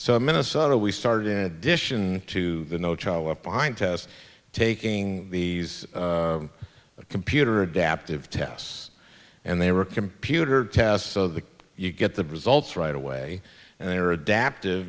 so minnesota we started in addition to the no child left behind test taking these computer adaptive tests and they were computer tests so that you get the results right away and they're adapti